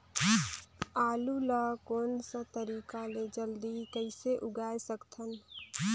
आलू ला कोन सा तरीका ले जल्दी कइसे उगाय सकथन?